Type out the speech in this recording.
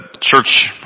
church